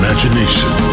imagination